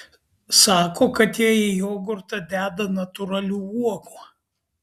sako kad jie į jogurtą deda natūralių uogų